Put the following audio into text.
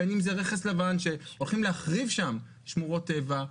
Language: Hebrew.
בין אם זה רכס לבן, שהולכים להחריב שם שמורות טבע.